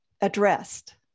addressed